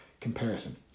comparison